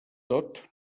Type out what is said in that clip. tot